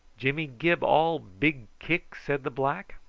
jimmy gib all big kick? said the black.